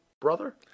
brother